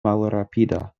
malrapida